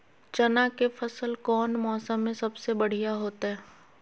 चना के फसल कौन मौसम में सबसे बढ़िया होतय?